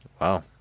Wow